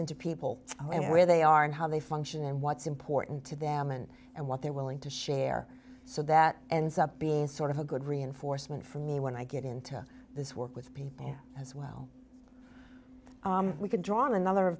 into people and where they are and how they function and what's important to them and and what they're willing to share so that ends up being sort of a good reinforcement for me when i get into this work with people as well we can draw another of